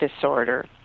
disorder